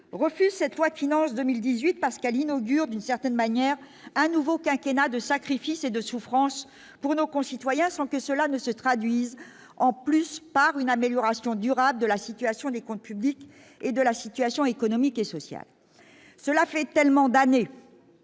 refusent cette loi de finances 2018 Pascaline augure d'une certaine manière à nouveau quinquennat de sacrifices et de souffrance pour nos concitoyens, sans que cela ne se traduise en plus par une amélioration durable de la situation des comptes publics et de la situation économique et sociale, cela fait tellement d'années